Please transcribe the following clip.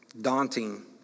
daunting